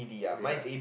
ya